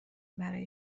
برای